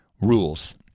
rules